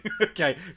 okay